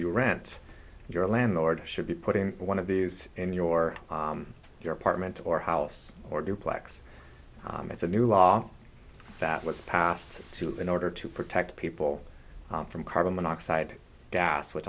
you rent your landlord should be putting one of these in your your apartment or house or duplex it's a new law that was passed in order to protect people from carbon monoxide gas which